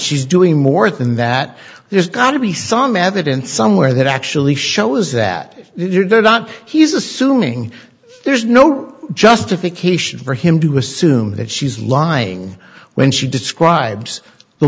she's doing more than that there's got to be some evidence somewhere that actually shows that they did they're not he's assuming there's no justification for him to assume that she's lying when she describes the